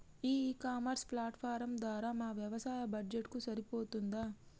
ఈ e commerce platform ధర మా వ్యవసాయ బడ్జెట్ కు సరిపోతుందా?